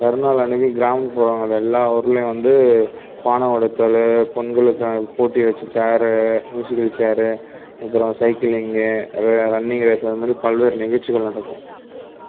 கரிநாள் அன்னைக்கு கிராமப்புறங்கள் எல்லா ஊர்லையும் வந்து பானை உடைச்சலு பொங்கலுக்கு போட்டி வெச்சு சேர் மியூசிக்கல் சேர் அப்புறம் சைக்கிளிங் ர ரன்னிங் ரேஸு அந்த மாதிரி பல்வேறு நிகழ்ச்சிகள் நடக்கும்